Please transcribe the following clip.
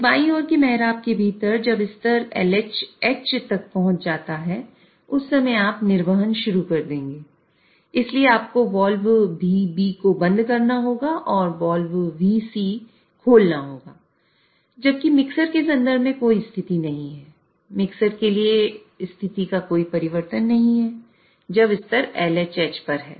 इस बाईं ओर के मेहराब के भीतर जब स्तर LHH तक पहुंच जाता है उस समय आप निर्वहन शुरू कर देंगे इसलिए आपको वाल्व VB को बंद करना होगा और वाल्व Vc खोलना होगा जबकि मिक्सर के संदर्भ में कोई स्थिति नहीं है मिक्सर के लिए स्थिति का कोई परिवर्तन नहीं जब स्तर LHHपर है